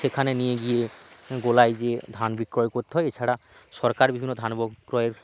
সেখানে নিয়ে গিয়ে গোলায় যেয়ে ধান বিক্রয় করতে হয় এছাড়া সরকার বিভিন্ন ধান বিক্রয়ের